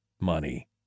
money